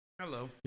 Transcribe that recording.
Hello